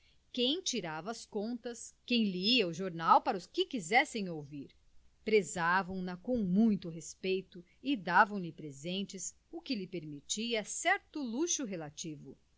quem tirava as contas quem lia o jornal para os que quisessem ouvir prezavam na com muito respeito e davam-lhe presentes o que lhe permitia certo luxo relativo